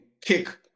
kick